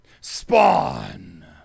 spawn